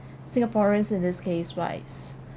singaporeans in this case wise